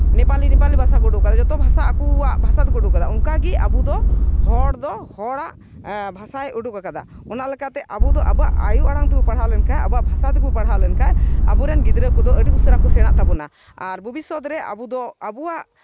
ᱱᱮᱯᱟᱞᱤ ᱱᱮᱯᱟᱞᱤ ᱵᱷᱟᱥᱟ ᱠᱚ ᱩᱰᱩᱠ ᱠᱟᱟ ᱡᱚᱛᱚ ᱵᱷᱟᱥᱟ ᱟᱠᱚᱣᱟᱜ ᱵᱷᱟᱥᱟ ᱛᱮᱠᱚ ᱩᱰᱩᱠ ᱠᱟᱫᱟ ᱚᱱᱠᱟᱜᱮ ᱟᱵᱚ ᱫᱚ ᱦᱚᱲ ᱫᱚ ᱦᱚᱲᱟᱜ ᱵᱷᱟᱥᱟ ᱩᱰᱩᱠ ᱠᱟᱫᱟ ᱚᱱᱟ ᱞᱮᱠᱟᱛᱮ ᱟᱵᱚ ᱫᱚ ᱟᱵᱳᱣᱟᱜ ᱟᱹᱭᱩ ᱟᱲᱟᱝ ᱛᱮᱵᱚᱱ ᱯᱟᱲᱦᱟᱣ ᱞᱮᱱᱠᱷᱟᱡ ᱟᱵᱚᱣᱟᱜ ᱵᱷᱟᱥᱟ ᱛᱮᱵᱚᱱ ᱯᱟᱲᱦᱟᱣ ᱞᱮᱱᱠᱷᱟᱡ ᱟᱵᱚᱨᱮᱱ ᱜᱤᱫᱽᱨᱟᱹ ᱠᱚᱫᱚ ᱟᱹᱰᱤ ᱩᱥᱟᱹᱨᱟ ᱠᱚ ᱥᱮᱬᱟᱜ ᱛᱟᱵᱳᱱᱟ ᱟᱨ ᱵᱷᱚᱵᱤᱥᱥᱚᱛ ᱨᱮ ᱟᱵᱚ ᱫᱚ ᱟᱵᱳᱣᱟᱜ